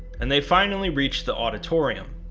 and they finally reach the auditorium.